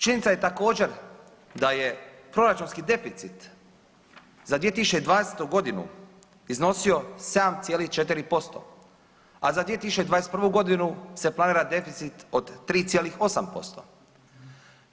Činjenica je također da je proračunski deficit za 2020. godinu iznosio 7,4%, a za 2021. godinu se planira deficit od 3,8%